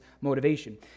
motivation